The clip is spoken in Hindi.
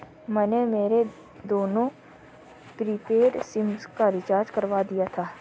मैंने मेरे दोनों प्रीपेड सिम का रिचार्ज करवा दिया था